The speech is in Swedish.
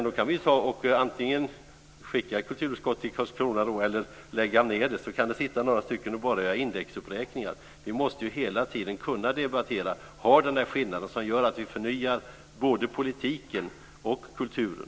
Då kan vi antingen skicka kulturutskottet till Karlskrona eller lägga ned det. Sedan kan det sitta några stycken och bara göra indexuppräkningar. Vi måste hela tiden kunna debattera och ha den skillnad som gör att vi förnyar både politiken och kulturen.